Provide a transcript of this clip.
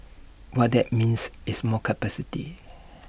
what that means is more capacity